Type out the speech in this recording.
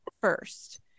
first